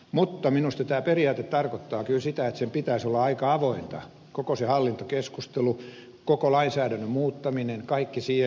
mutta minusta tämä periaate tarkoittaa kyllä sitä että sen pitäisi olla aika avointa koko sen hallintokeskustelun koko lainsäädännön muuttamisen kaikkien siihen liittyvät asioiden